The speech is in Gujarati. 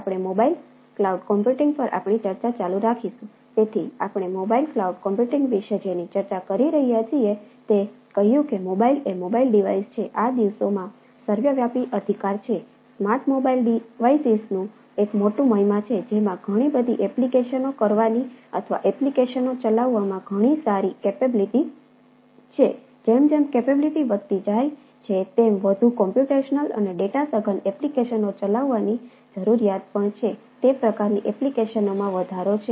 આપણે ક્લાઉડ ચલાવવાની જરૂરિયાત પણ છે તે પ્રકારની એપ્લિકેશનોમાં વધારો છે